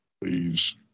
please